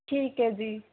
ਠੀਕ ਹੈ ਜੀ